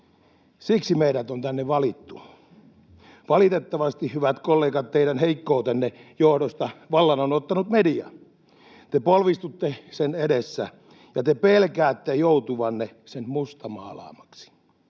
Siksi meidät on tänne valittu. Valitettavasti, hyvät kollegat, teidän heikkoutenne johdosta vallan on ottanut media. Te polvistutte sen edessä, ja te pelkäätte joutuvanne sen mustamaalaamaksi.